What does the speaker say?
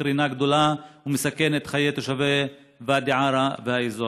קרינה גדולה ומסכן את חיי תושבי ואדי עארה והאזור.